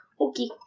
Okay